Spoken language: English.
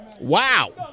Wow